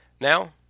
Now